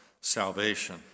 salvation